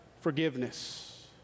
forgiveness